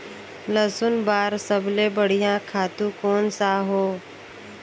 लसुन बार सबले बढ़िया खातु कोन सा हो?